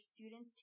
students